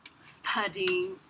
studying